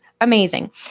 amazing